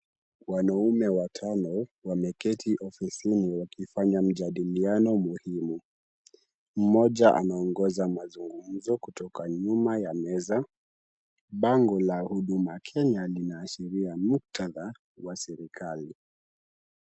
Wanaume watano wameketi ofisini wakifanya mjadiliano muhimu. Mmoja anaongoza mazungumzo kutoka nyuma ya meza. Bango la Huduma Kenya linaashiria muktadha wa serikali.